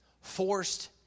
forced